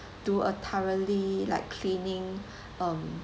do a thoroughly like cleaning um